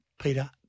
Peter